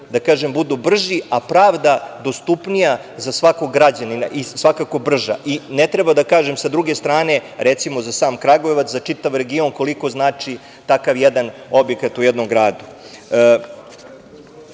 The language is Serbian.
procesi budu brži, a pravda dostupnija za svakog građanina i svakako brža. Ne treba da kažem, sa druge strane, recimo, za sam Kragujevac, za čitav region, koliko znači takav jedan objekat u jednom gradu. Na